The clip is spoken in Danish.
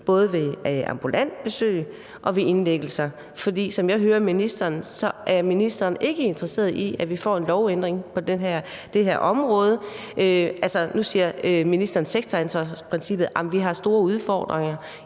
både ved ambulante besøg og ved indlæggelser. For som jeg hører ministeren, er ministeren ikke interesseret i, at vi får en lovændring på det her område. Altså, nu nævner ministeren selv sektoransvarsprincippet – jamen vi har store udfordringer